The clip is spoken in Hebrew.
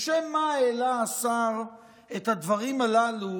לשם מה העלה השר את הדברים הללו,